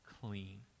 clean